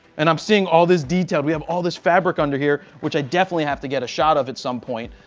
and i'm seeing all this detail. we have all this fabric under here, which i definitely have to get a shot of at some point,